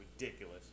ridiculous